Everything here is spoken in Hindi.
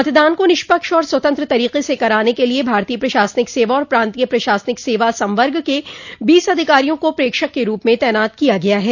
मतदान को निष्पक्ष और स्वतंत्र तरीके से कराने के लिए भारतीय प्रशासनिक सेवा और प्रान्तीय प्रशासनिक सेवा संवर्ग के बीस अधिकारियों को प्रेक्षक के रूप म तैनात किया गया है